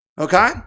okay